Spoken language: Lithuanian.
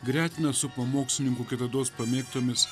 gretina su pamokslininkų kitados pamėgtomis